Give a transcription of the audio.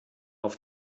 auf